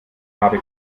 habe